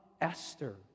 Esther